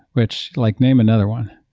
which like name another one.